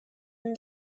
and